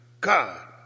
God